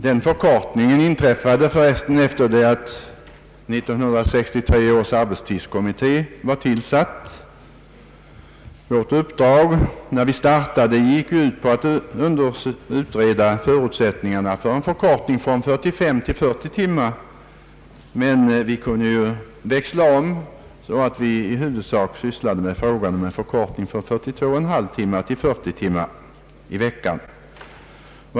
Den förkortningen inträffade för resten efter det att 1963 års arbetstidskommitté blivit tillsatt. Vårt uppdrag, när vi startade arbetet i denna kommitté, gick ut på att undersöka förutsättningarna för en förkortning från 45 till 40 timmar, men vi kunde växla om så att vi i huvudsak sysslade med en förkortning från 42,5 till 40 timmar i veckan.